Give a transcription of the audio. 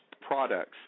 products